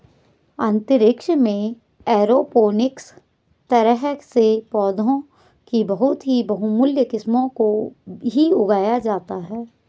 अंतरिक्ष में एरोपोनिक्स तरह से पौधों की बहुत ही बहुमूल्य किस्मों को ही उगाया जाता है